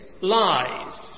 lies